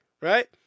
right